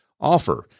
offer